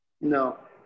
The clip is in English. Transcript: No